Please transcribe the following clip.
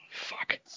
Fuck